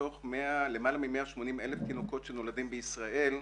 מתוך למעלה מ-180,000 תינוקות שנולדים בישראל,